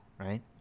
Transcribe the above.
right